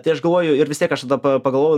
tai aš galvoju ir vis tiek aš tada pagalvoju